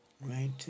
right